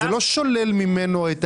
זה לא שולל ממנו את